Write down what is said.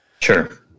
Sure